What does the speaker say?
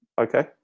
Okay